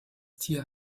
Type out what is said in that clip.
tier